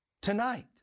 tonight